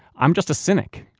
i'm just a cynic.